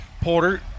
Porter